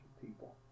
people